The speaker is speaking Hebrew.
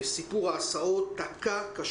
במועד הגשת הבקשות לוועדות זכאות.